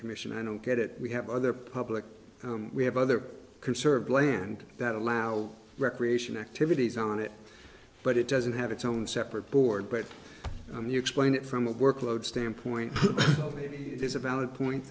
commission i don't get it we have other public we have other conserved land that allow recreation activities on it but it doesn't have its own separate board but you explain it from a workload standpoint it is a valid point